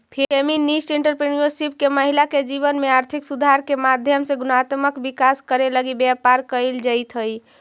feminist entrepreneurship में महिला के जीवन में आर्थिक सुधार के माध्यम से गुणात्मक विकास करे लगी व्यापार कईल जईत हई